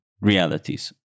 realities